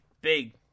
big